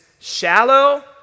shallow